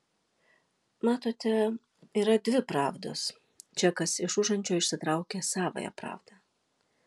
matote yra dvi pravdos čekas iš užančio išsitraukia savąją pravdą